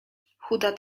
chuda